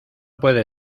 puede